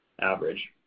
average